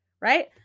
right